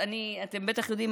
אתם בטח יודעים,